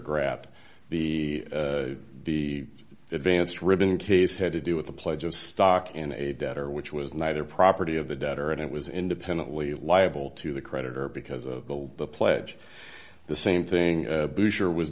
grap the the advanced ribbon case had to do with the pledge of stock in a debtor which was neither property of the debtor and it was independently liable to the creditor because of the pledge the same thing buscher was